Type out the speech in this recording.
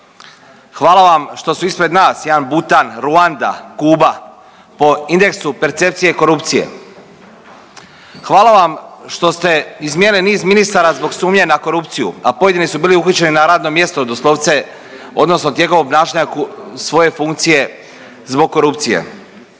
Hvala vam što su ispred nas jedan Butan, Ruanda, Kuba po indeksu percepcije korupcije. Hvala vam što ste izmijenili niz ministara zbog sumnje na korupciju, a pojedini su bili uhićeni na radnom mjestu doslovce odnosno tijekom obnašanja svoje funkcije zbog korupcije.